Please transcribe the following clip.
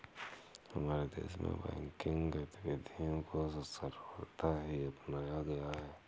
हमारे देश में बैंकिंग गतिविधियां को सर्वथा ही अपनाया गया है